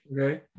Okay